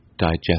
digest